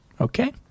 okay